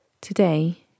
Today